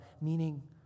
meaning